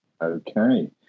Okay